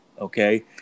okay